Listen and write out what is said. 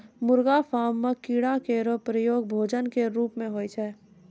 मुर्गी फार्म म कीड़ा केरो प्रयोग भोजन क रूप म होय छै